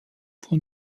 von